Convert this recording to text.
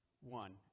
One